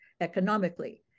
economically